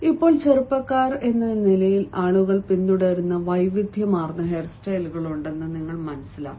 ഇപ്പോൾ ചെറുപ്പക്കാർ എന്ന നിലയിൽ ആളുകൾ പിന്തുടരുന്ന വൈവിധ്യമാർന്ന ഹെയർസ്റ്റൈലുകളുണ്ടെന്ന് നിങ്ങൾ മനസ്സിലാക്കും